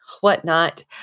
whatnot